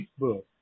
Facebook